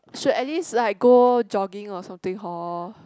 should at least like go jogging or something hor